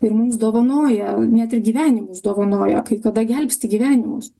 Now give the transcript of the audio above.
ir mums dovanoja net ir gyvenimus dovanoja kai kada gelbsti gyvenimus